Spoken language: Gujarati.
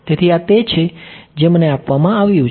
તેથી આ તે છે જે મને આપવામાં આવ્યું છે